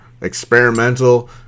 experimental